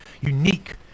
unique